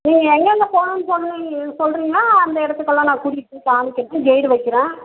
நீங்கள் எங்கங்கே போகணுன்னு சொன்னிங்க சொல்கிறீங்களோ அந்த இடத்துக்கெல்லாம் நான் கூட்டிகிட்டு போயி காமிக்கிறதுக்கு கெய்டு வைக்கிறேன்